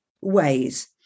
ways